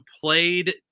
played